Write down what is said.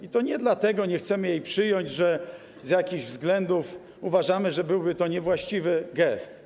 I to nie dlatego nie chcemy jej przyjąć, bo z jakichś względów uważamy, że byłby to niewłaściwy gest.